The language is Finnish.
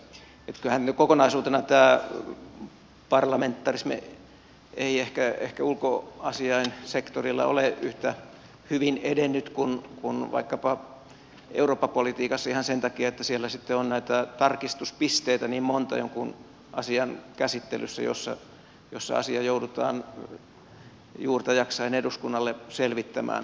kokonaisuutena tämä parlamentarismi ei ehkä ulkoasiain sektorilla ole yhtä hyvin edennyt kuin vaikkapa eurooppa politiikassa ihan sen takia että siellä on niin monta tarkistuspistettä jonkun asian käsittelyssä joissa asia joudutaan juurta jaksaen eduskunnalle selvittämään